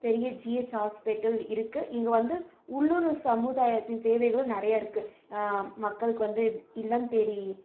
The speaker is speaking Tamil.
பெரிய ஜிஹெச் ஹாஸ்பிட்டல் இருக்கு இங்கே வந்து உள்ளூர் சமுதாயத்தின் தேவைகளும் நிறையா இருக்கு மக்களுக்கு வந்து இல்லம் தேடி